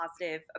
positive